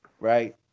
right